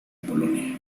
polonia